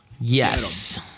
Yes